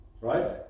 right